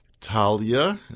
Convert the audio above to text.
Talia